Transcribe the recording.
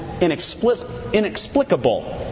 inexplicable